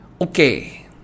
Okay